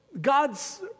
God's